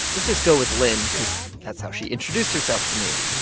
let's just go with lyn because that's how she introduced herself to me.